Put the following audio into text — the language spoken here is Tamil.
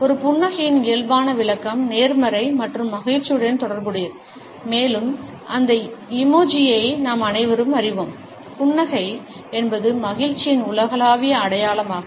ஒரு புன்னகையின் இயல்பான விளக்கம் நேர்மறை மற்றும் மகிழ்ச்சியுடன் தொடர்புடையது மேலும் அந்த ஈமோஜியை நாம் அனைவரும் அறிவோம் புன்னகை என்பது மகிழ்ச்சியின் உலகளாவிய அடையாளமாகும்